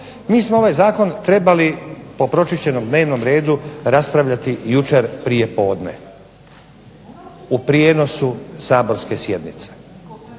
Mi smo ovaj zakon trebali po pročišćenom dnevnom redu raspravljati jučer prije podne u prijenosu saborske sjednice.